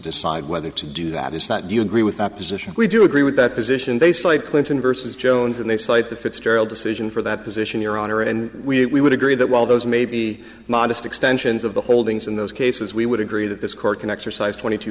decide whether to do that is that do you agree with opposition we do agree with that position they cite clinton versus jones and they cite the fitzgerald decision for that position your honor and we would agree that while those may be modest extensions of the holdings in those cases we would agree that this court can exercise twenty t